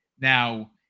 Now